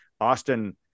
Austin